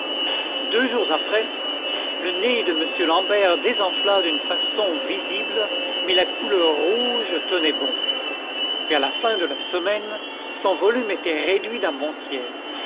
deux jours après le nez de m l'àmbert désenfla d'une façon visible mais la couleur rouge tenait bon vers la fin de la semaine son volume était réduit d'un bon tiers